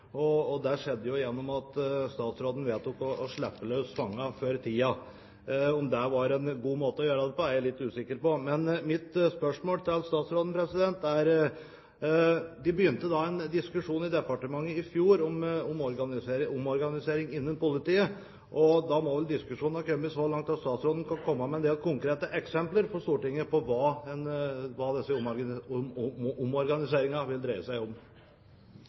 og at vi bl.a. langt på vei har fått vekk soningskøen i Norge. Det skjedde jo fordi statsråden vedtok å slippe løs fangene før tiden. Om det var en god måte å gjøre det på, er jeg litt usikker på. Men mitt spørsmål til statsråden går på: Det begynte en diskusjon i departementet i fjor om omorganisering innen politiet, og da må vel diskusjonen ha kommet så langt at statsråden kan komme med en del konkrete eksempler overfor Stortinget på hva denne omorganiseringen vil dreie seg om.